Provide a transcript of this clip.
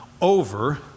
over